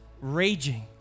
raging